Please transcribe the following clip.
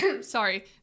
Sorry